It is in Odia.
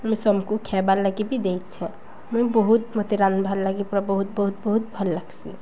ମୁଇଁ ସକୁ ଖାଇବାର୍ ଲାଗି ବି ଦେଇଛ ମୁଇଁ ବହୁତ ମୋତେ ରାନ୍ଧବାର୍ ଲାଗି ପୁରା ବହୁତ ବହୁତ ବହୁତ ଭଲ ଲାଗ୍ସି